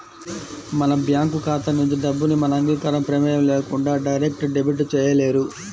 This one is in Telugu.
మన బ్యేంకు ఖాతా నుంచి డబ్బుని మన అంగీకారం, ప్రమేయం లేకుండా డైరెక్ట్ డెబిట్ చేయలేరు